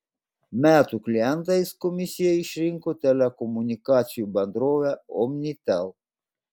metų klientais komisija išrinko telekomunikacijų bendrovę omnitel